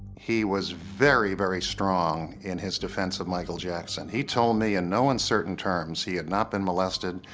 he was very very strong in his defense of michael jackson. he told me in no uncertain terms he had not been molested.